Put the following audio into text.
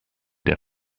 der